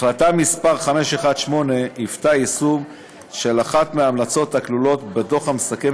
החלטה מס' 5188 היוותה יישום של אחת מההמלצות הכלולות בדוח המסכם